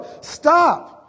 stop